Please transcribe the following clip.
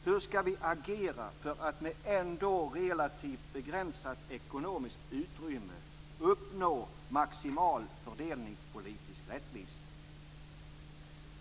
Hur skall vi agera för att med ändå relativt begränsat ekonomiskt utrymme uppnå maximal fördelningspolitisk rättvisa.